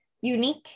unique